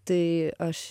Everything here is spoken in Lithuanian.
tai aš